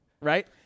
Right